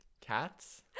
cats